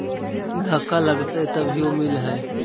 धक्का लगतय तभीयो मिल है?